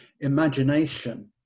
imagination